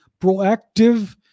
proactive